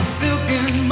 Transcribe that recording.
silken